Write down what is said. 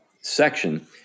section